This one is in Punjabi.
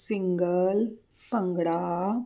ਸਿੰਗਲ ਭੰਗੜਾ